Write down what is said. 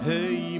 Hey